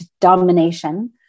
domination